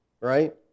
right